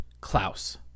Klaus